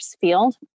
field